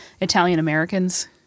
Italian-Americans